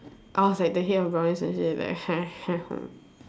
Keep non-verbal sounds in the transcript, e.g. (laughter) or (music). I was like the head of brownies and say like (noise)